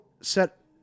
set